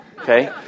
okay